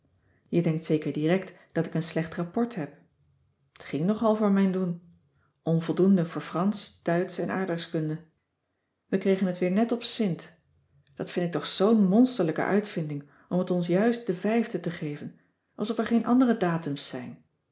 je denkt zeker direct dat ik een slecht rapport heb t ging nogal voor mijn doen onvoldoende voor fransch duitsch en aardrijkskunde we kregen het weer net op sint dat vind ik toch zoo'n monsterlijke uitvinding om het ons juist den e te geven alsof er geen andere datums zijn